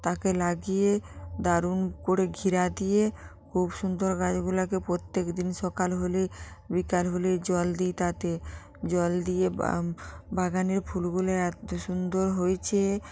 তাকে লাগিয়ে দারুণ করে ঘিরা দিয়ে খুব সুন্দর গাছগুলাকে প্রত্যেকদিন সকাল হলেই বিকাল হলেই জল দিই তাতে জল দিয়ে বা বাগানের ফুলগুলি এত সুন্দর হয়েছে